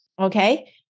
Okay